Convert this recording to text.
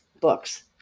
books